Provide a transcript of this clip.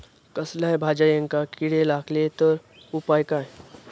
कसल्याय भाजायेंका किडे लागले तर उपाय काय?